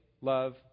love